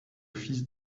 fils